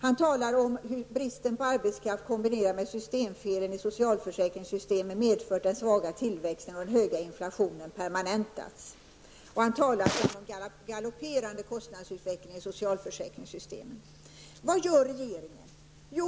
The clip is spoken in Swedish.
Han talar om att bristen på arbetskraft, kombinerad med systemfelen i socialförsäkringssystemen, har medfört att den svaga tillväxten och den höga inflationen permanentats, och han talar om en galopperande kostnadsutveckling i socialförsäkringssystemen. Vad gör regeringen?